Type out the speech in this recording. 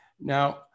Now